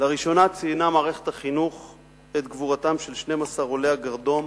לראשונה ציינה מערכת החינוך את גבורתם של 12 עולי הגרדום